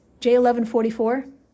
J1144